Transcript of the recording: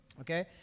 Okay